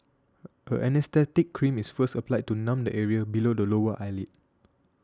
an anaesthetic cream is first applied to numb the area below the lower eyelid